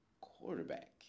quarterback